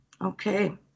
Okay